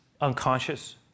unconscious